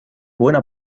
buena